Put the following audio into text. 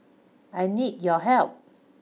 I need your help